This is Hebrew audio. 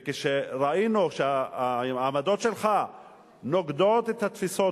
כשראינו שהעמדות שלך נוגדות את התפיסות